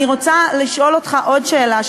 אני רוצה לשאול אותך עוד שאלה,